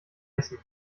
essen